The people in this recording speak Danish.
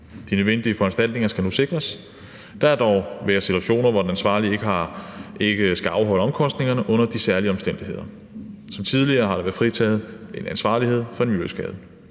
De nødvendige foranstaltninger skal nu sikres. Der vil dog være situationer, hvor den ansvarlige ikke skal afholde omkostningerne under de særlige omstændigheder, som tidligere har været fritaget en ansvarlighed for en miljøskade.